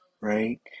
right